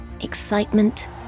excitement